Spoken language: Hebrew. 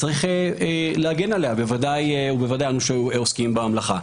יש להגן עליה, ודאי העוסקים במלאכה.